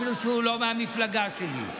אפילו שהוא לא מהמפלגה שלי.